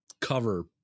cover